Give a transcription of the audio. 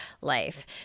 life